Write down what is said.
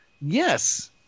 Yes